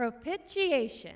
propitiation